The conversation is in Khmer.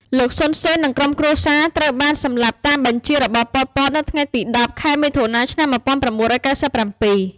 លោក សុន សេន និងក្រុមគ្រួសារត្រូវបាន សម្លាប់តាមបញ្ជារបស់ ប៉ុល ពត នៅ ថ្ងៃទី១០ ខែមិថុនា ឆ្នាំ១៩៩៧ ។